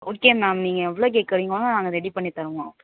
okay ma'am நீங்கள் எவ்வளோ கேட்குறீங்களோ நாங்கள் ரெடி பண்ணி தருவோம்